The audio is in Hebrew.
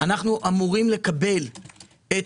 שיכולים לבוא לפה